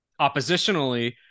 oppositionally